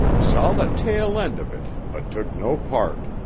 saw the tail end of it but took no part.